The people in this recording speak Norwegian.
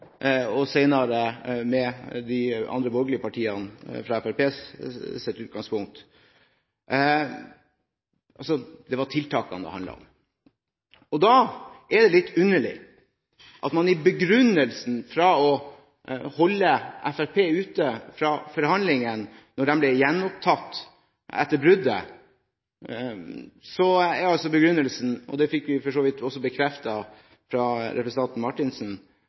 og senere med de andre borgerlige partiene – det var tiltakene det handlet om. Da er det litt underlig at begrunnelsen for å holde Fremskrittspartiet ute fra forhandlingene da de ble gjenopptatt etter bruddet – og det fikk vi for så vidt også bekreftet fra representanten